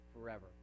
forever